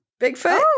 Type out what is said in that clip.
Bigfoot